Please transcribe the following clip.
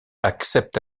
acceptent